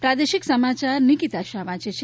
પ્રાદેશિક સમાચાર નિકીતા શાહ વાંચે છે